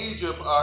Egypt